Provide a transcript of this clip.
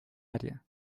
área